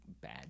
bad